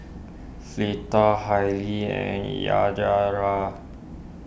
Fleeta Hailee and Yajaira